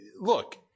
Look